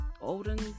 olden